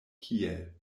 kiel